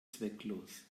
zwecklos